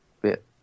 bit